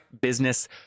Business